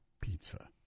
Pizza